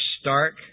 stark